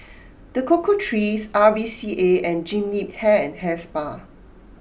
The Cocoa Trees R V C A and Jean Yip Hair and Hair Spa